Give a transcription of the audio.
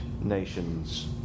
nations